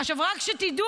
עכשיו, רק שתדעו,